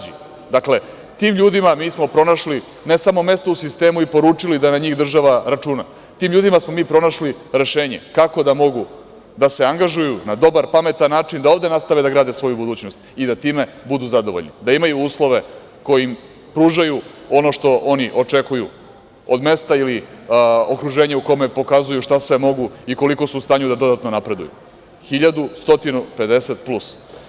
Dakle, tim ljudima mi smo pronašli ne samo mesto u sistemu i poručili da na njih država računa, tim ljudima smo mi pronašli rešenje kako da mogu da se angažuju na dobar, pametan način da ovde nastave da grade svoju budućnost i da time budu zadovoljni, da imaju uslove koji im pružaju ono što oni očekuju od mesta ili okruženja u kome pokazuju šta sve mogu i koliko su u stanju da dodatno napreduju, 1.150 plus.